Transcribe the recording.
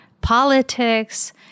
politics